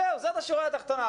זאת השורה התחתונה.